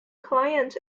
client